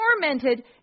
tormented